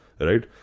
Right